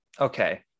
okay